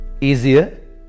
easier